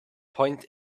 point